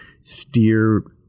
steer